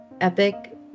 epic